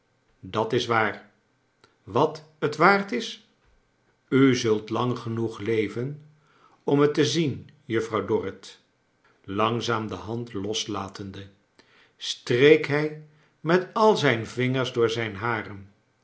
dat is waar wat het waard is u zult lang genoeg leven om het te zien juffrouw dorrit langzaam de hand loslatende streek hij met al zijn vinger s door zijn haren